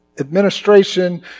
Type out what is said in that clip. administration